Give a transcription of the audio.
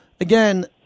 again